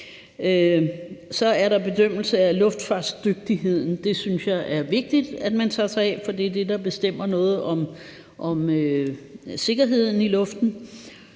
Så er der bedømmelse af luftfartsdygtigheden; det synes jeg er vigtigt at man tager sig af, for det er det, der bestemmer noget om sikkerheden i luften.